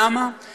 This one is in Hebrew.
אוי, באמת.